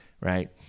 right